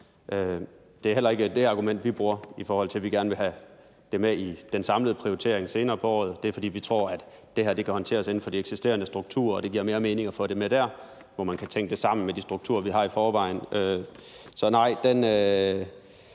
Det er heller ikke det argument, vi bruger, i forhold til at vi gerne vil have det med i den samlede prioritering senere på året. Det er, fordi vi tror, at det her kan håndteres inden for de eksisterende strukturer, og at det giver mere mening at få det med der, hvor man kan tænke det sammen med de strukturer, vi har i forvejen. Så nej. Jeg